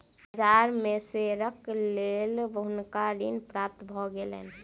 बाजार में शेयरक लेल हुनका ऋण प्राप्त भ गेलैन